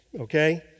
okay